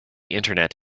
internet